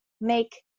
make